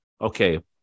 Okay